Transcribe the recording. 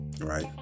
right